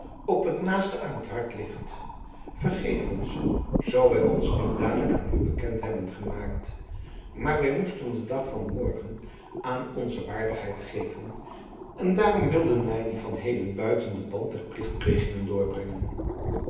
op t naaste aan t harte ligt vergeef ons zoo wij ons niet dadelijk aan u bekend hebben gemaakt maar wij moesten den dag van morgen aan onze waardigheid geven en daarom wilden wij dien van heden buiten den band der plichtplegingen doorbrengen